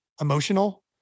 emotional